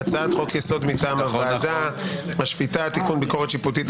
הצעת חוק-יסוד מטעם הוועדה: השפיטה (תיקון ביקורת שיפוטית על חקיקה).